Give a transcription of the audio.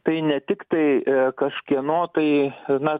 tai ne tiktai kažkieno tai na